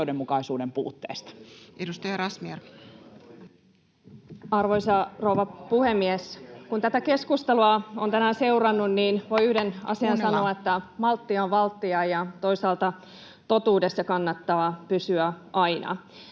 Arvoisa rouva puhemies! Kun tätä keskustelua on tänään seurannut, [Hälinää — Puhemies: Kuunnellaan!] niin voi yhden asian sanoa: maltti on valttia, ja toisaalta totuudessa kannattaa pysyä aina.